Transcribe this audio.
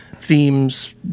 themes